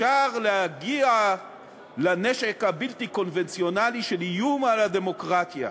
ישר להגיע לנשק הבלתי-קונבנציונלי של איום על הדמוקרטיה.